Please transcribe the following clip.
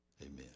Amen